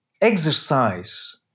exercise